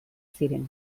ziren